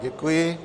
Děkuji.